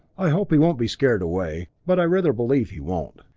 i hope he won't be scared away but i rather believe he won't.